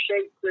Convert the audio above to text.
shape